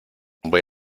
voy